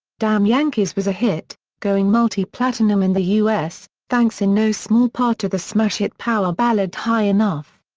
damn yankees was a hit, going multi-platinum in the u s, thanks in no small part to the smash hit power ballad high enough.